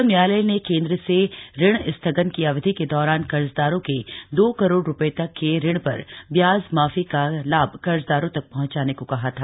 उच्चतम न्यायालय ने केद्र से ऋण स्थगन की अवधि के दौरान कर्जदारों के दो करोड़ रुपए तक के ऋण पर ब्याज माफी का लाभ कर्जदारों तक पहुंचाने को कहा था